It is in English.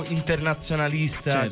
internazionalista